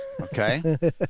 okay